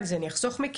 את זה אני אחסוך מכם.